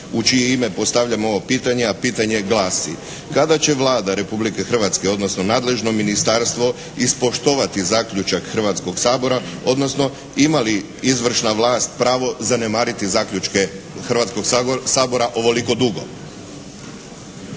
u čije ime postavljam ovo pitanje a pitanje glasi kada će Vlada Republike Hrvatske odnosno nadležno ministarstvo ispoštovati zaključak Hrvatskoga sabora odnosno ima li izvršna vlast pravo zanemariti zaključke Hrvatskog sabora ovoliko dugo.